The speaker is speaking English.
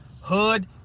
hood